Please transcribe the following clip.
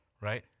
Right